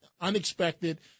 unexpected